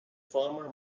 former